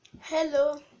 Hello